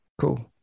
cool